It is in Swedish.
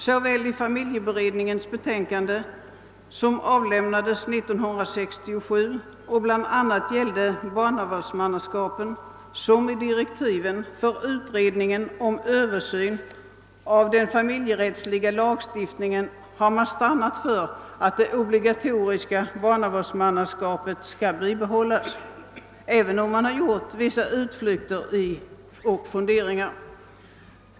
Såväl i familjeberedningens betänkande, som avlämnades 1967 och bl.a. gällde barnavårdsmannaskapen, som i direktiven för utredningen om översyn av den familjerättsliga lagstiftningen har man stannat för att det obligatoriska barnavårdsmannaskapet skall bibehållas, även om man har gjort vissa utflykter och haft en del funderingar.